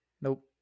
Nope